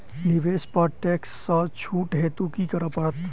निवेश पर टैक्स सँ छुट हेतु की करै पड़त?